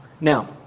Now